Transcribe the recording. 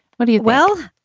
buddy well,